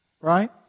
Right